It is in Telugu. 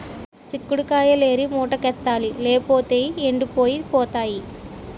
సిక్కుడు కాయిలేరి మూటకెత్తాలి లేపోతేయ్ ఎండిపోయి పోతాయి